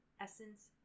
essence